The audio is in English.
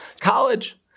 College